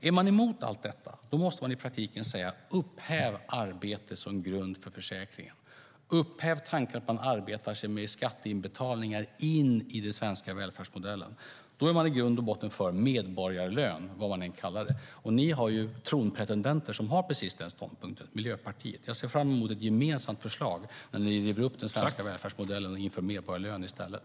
Om man är emot allt detta måste man i praktiken säga: Upphäv arbete som grund för försäkringen! Upphäv tankar på att man med skatteinbetalningar arbetar sig in i den svenska välfärdsmodellen! Då är man i grund och botten för medborgarlön, vad man än kallar det. Ni har tronpretendenter som har precis den ståndpunkten - Miljöpartiet. Jag ser fram emot ett gemensamt förslag där ni river upp den svenska välfärdsmodellen och inför medborgarlön i stället.